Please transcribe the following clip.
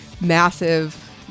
massive